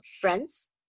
friends